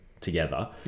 together